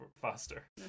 faster